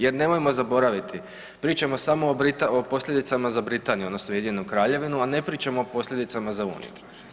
Jer nemojmo zaboraviti, pričamo samo o posljedicama za Britaniju odnosno Ujedinjenu Kraljevinu, a ne pričamo o posljedicama za uniju.